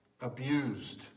abused